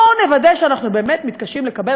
בואו נוודא שאנחנו באמת מתקשים לקבל